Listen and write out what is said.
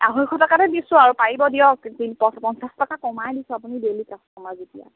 আঢ়ৈশ টকাতে দিছোঁ আৰু পাৰিব দিয়ক পঞ্চাছ টকা কমাই দিছোঁ আপুনি ডেইলি কাষ্টমাৰ যেতিয়া